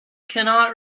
cannot